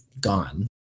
gone